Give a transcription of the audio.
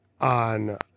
on